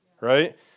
right